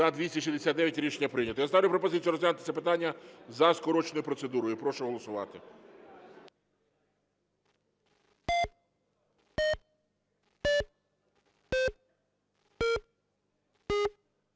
За-269 Рішення прийнято. Я ставлю пропозицію розглянути це питання за скороченою процедурою. Прошу голосувати.